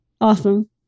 Awesome